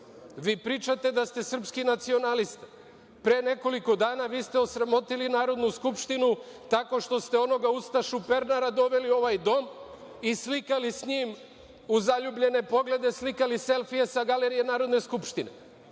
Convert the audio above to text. Vi pričate da ste srpski nacionalista. Pre nekoliko dana, vi ste osramotili Narodnu skupštinu tako što ste onoga ustašu Pernara doveli u ovaj dom i slikali sa njim, uz zaljubljene poglede, slikali selfije sa galerije Narodne skupštine.